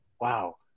wow